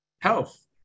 Health